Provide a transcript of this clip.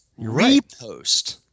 repost